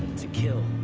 to kill.